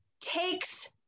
takes